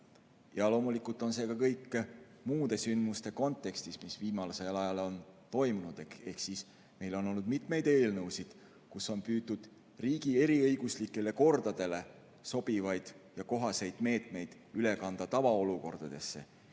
Loomulikult on see kõik muude sündmuste kontekstis, mis on viimasel ajal toimunud. Meil on olnud mitmeid eelnõusid, mille abil on püütud riigi eriõiguslikele kordadele sobivaid ja kohaseid meetmeid üle kanda tavaolukordadesse.